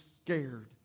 scared